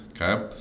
Okay